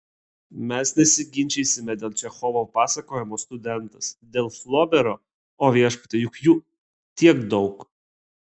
mes nesiginčysime dėl čechovo pasakojimo studentas dėl flobero o viešpatie juk jų tiek daug